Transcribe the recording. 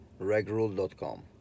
regrule.com